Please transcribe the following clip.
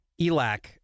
ELAC